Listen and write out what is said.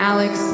Alex